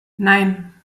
nein